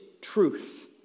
truth